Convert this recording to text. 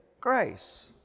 grace